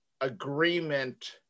agreement